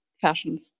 fashions